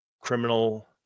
criminal